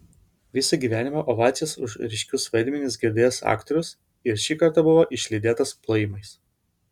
visą gyvenimą ovacijas už ryškius vaidmenis girdėjęs aktorius ir šį kartą buvo išlydėtas plojimais